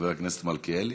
חבר הכנסת מלכיאלי,